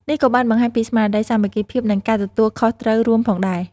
នេះក៏បានបង្ហាញពីស្មារតីសាមគ្គីភាព និងការទទួលខុសត្រូវរួមផងដែរ ។